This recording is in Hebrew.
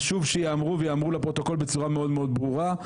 חשוב שייאמרו וייאמרו לפרוטוקול בצורה מאוד מאוד ברורה.